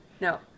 No